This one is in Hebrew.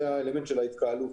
זה האלמנט של ההתקהלות.